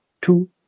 Two